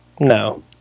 No